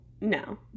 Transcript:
No